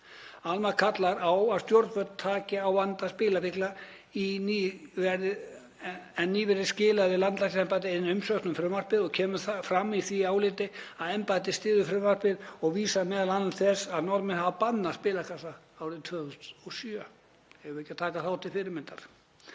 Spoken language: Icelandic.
Alma kallar á að stjórnvöld taki á vanda spilafíkla en nýverið skilaði Landlæknisembættið inn umsögn um frumvarpið og kemur fram í því áliti að embættið styður frumvarpið og vísar meðal annars til þess að Norðmenn hafi bannað spilakassa árið 2007.“